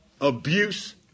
abuse